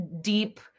deep